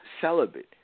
celibate